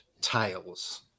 tails